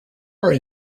are